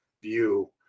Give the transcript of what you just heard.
view